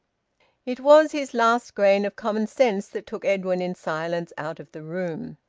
it was his last grain of common sense that took edwin in silence out of the room.